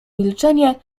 milczenie